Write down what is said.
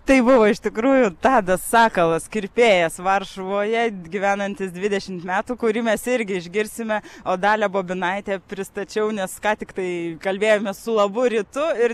tai buvo iš tikrųjų tadas sakalas kirpėjas varšuvoje gyvenantis dvidešimt metų kurį mes irgi išgirsime o dalią bobinaitę pristačiau nes ką tik tai kalbėjomės su labu rytu ir